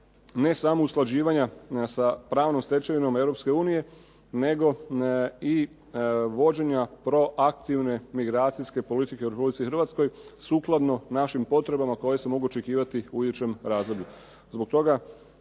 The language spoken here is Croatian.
ne samo usklađivanja sa pravnom stečevinom Europske unije, nego i vođenja proaktivne migracijske politike u Republici Hrvatskoj, sukladno našim potrebama koje se mogu očekivati u idućem razdoblju.